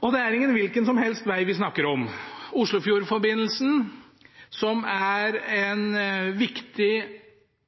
Og det er ikke hvilken som helst veg vi snakker om. Oslofjordforbindelsen er en viktig